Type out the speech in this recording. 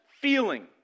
feeling